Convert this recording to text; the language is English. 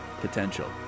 potential